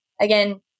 again